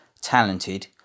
talented